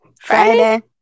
Friday